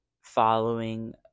following